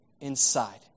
inside